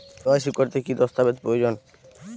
KYC করতে কি দস্তাবেজ প্রয়োজন?